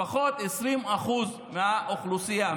לפחות 20% מהאוכלוסייה,